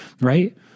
right